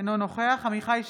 אינו נוכח עמיחי שיקלי,